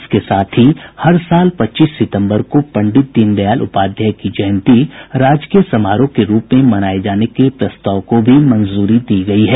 इसके साथ ही हर साल पच्चीस सितंबर को पंडित दीनदयाल उपाध्याय की जयंती राजकीय समारोह के रूप में मनाए जाने के प्रस्ताव को भी मंजूरी दी गई है